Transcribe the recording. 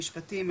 משפטים,